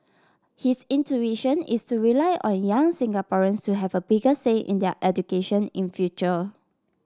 his intuition is to rely on young Singaporeans to have a bigger say in their education in future